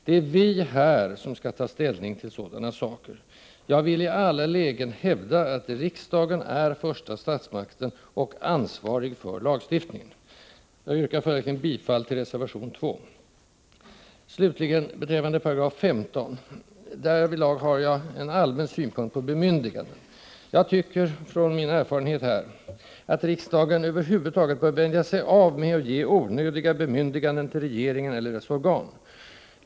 Det är vi här som skall ta ställning till sådana saker. Jag villi alla lägen hävda att riksdagen är den första statsmakten och ansvarig för lagstiftningen. Jag yrkar följaktligen bifall till reservation 2. Beträffande 15 § har jag en allmän synpunkt på bemyndiganden. Jag anser från min erfarenhet här att riksdagen över huvud taget bör vänja sig av med att ge onödiga bemyndiganden till regeringen eller dess organ.